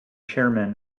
chairman